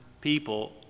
people